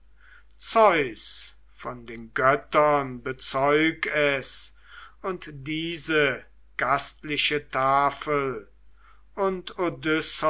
zeus von den göttern bezeug es und diese gastliche tafel und